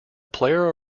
player